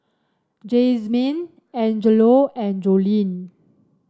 Jazmyne Angelo and Joleen